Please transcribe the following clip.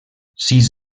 sis